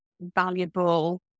valuable